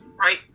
right